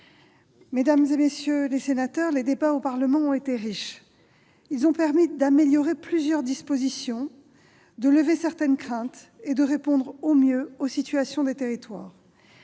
Mesdames, messieurs les sénateurs, les débats au Parlement ont été riches. Ils ont permis d'améliorer plusieurs dispositions, de lever certaines craintes et de répondre au mieux aux situations des territoires.